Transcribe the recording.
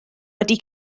wedi